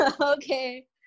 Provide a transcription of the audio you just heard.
okay